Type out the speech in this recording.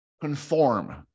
conform